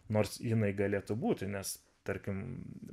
nors jinai galėtų būti nes tarkim